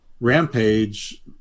rampage